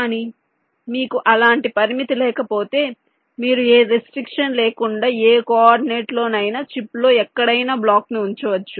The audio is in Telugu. కానీ మీకు అలాంటి పరిమితి లేకపోతే మీరు ఏ రెస్ట్రిక్షన్ లేకుండా ఏ కోఆర్డినేట్లో నైనా చిప్లో ఎక్కడైనా బ్లాక్ను ఉంచవచ్చు